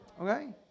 Okay